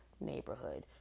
neighborhood